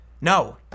No